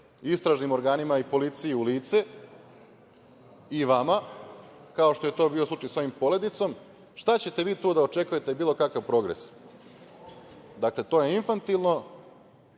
se istražnim organima i policiji u lice, i vama, kao što je to bio slučaj sa ovim Poledicom, šta ćete vi tu da očekujete, bilo kakav progres. Dakle, to je infantilno.